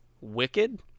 Wicked